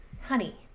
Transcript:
honey